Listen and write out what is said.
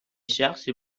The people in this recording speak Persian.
شخصی